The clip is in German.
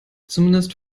zumindest